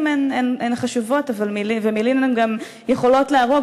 מילים הן חשובות ומילים גם יכולות להרוג,